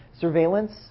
Surveillance